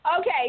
Okay